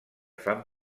fan